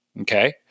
okay